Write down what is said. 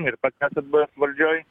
ir pats esat buvęs valdžioj